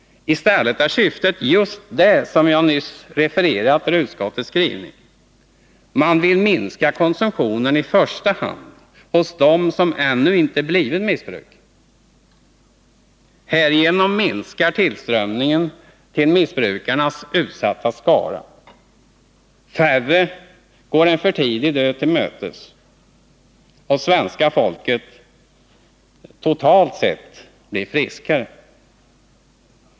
I stället är syftet just det som jag nyss refererat ur utskottets skrivning, att man vill minska konsumtionen i första hand hos dem som ännu inte har blivit missbrukare. Härigenom minskar tillströmningen till missbrukarnas utsatta skara. Färre går en för tidig död till mötes, och svenska folket blir totalt sett friskare.